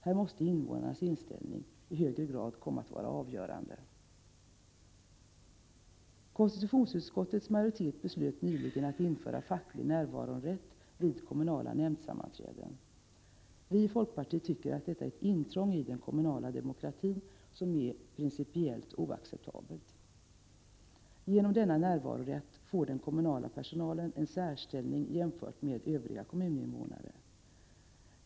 Här måste invånarnas inställning i högre grad komma att vara avgörande. Konstitutionsutskottets majoritet beslöt nyligen att införa facklig närvarorätt vid kommunala nämndsammanträden. Vi i folkpartiet tycker att detta är ett intrång i den kommunala demokratin som är principiellt oacceptabelt. Genom denna närvarorätt får den kommunala personalen en särställning jämfört med övriga kommuninnevånare.